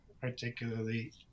Particularly